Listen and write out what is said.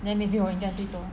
then maybe 我应该去做